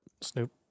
Snoop